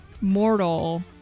mortal